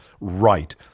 right